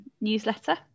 newsletter